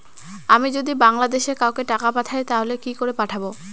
আমি যদি বাংলাদেশে কাউকে টাকা পাঠাই তাহলে কি করে পাঠাবো?